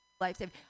life-saving